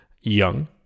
Young